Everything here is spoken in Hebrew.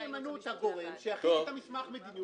אין --- לגורם שיכין את המסמך לדיון.